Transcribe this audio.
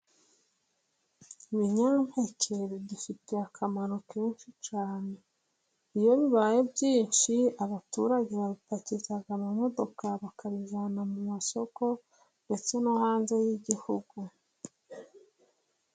Ibinyampeke bidufitiye akamaro kenshi cyane, iyo bibaye byinshi abaturage bapakiza amamodoka, bakabijyana mu masoko ndetse no hanze y'igihugu.